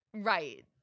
right